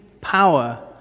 power